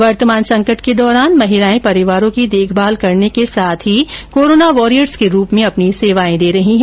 वर्तमान संकट के द्वौरान महिलाए परिवारों की देखभाल करने के साथ ही कोरोना वॉरियर्स के रूप में अपनी सेवाएं दे रही है